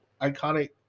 iconic